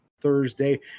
thursday